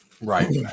Right